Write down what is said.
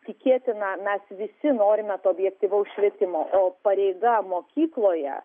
tikėtina mes visi norime to objektyvaus švietimo o pareiga mokykloje